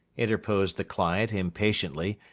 interposed the client, impatiently.